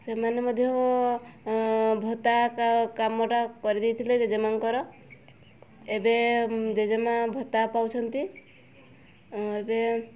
ସେମାନେ ମଧ୍ୟ ଭତ୍ତା କାମଟା କରିଦେଇଥିଲେ ଜେଜେମାଆଙ୍କର ଏବେ ଜେଜେମାଆ ଭତ୍ତା ପାଉଛନ୍ତି ଏବେ